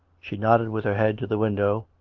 she nodded with her head to the window.